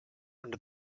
under